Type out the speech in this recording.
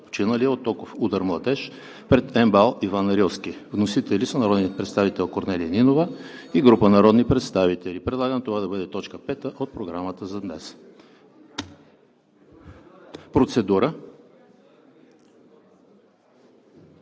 починалия от токов удар младеж пред МБАЛ „Иван Рилски“. Вносители са народният представител Корнелия Нинова и група народни представители. Предлагам това да бъде точка 5 от Програмата за днес. Заповядайте